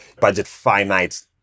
budget-finite